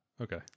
Okay